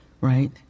right